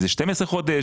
אם אלה 12 חודשים,